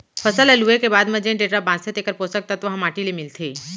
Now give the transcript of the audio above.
फसल ल लूए के बाद म जेन डेंटरा बांचथे तेकर पोसक तत्व ह माटी ले मिलथे